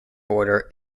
border